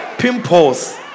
Pimples